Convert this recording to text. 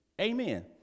Amen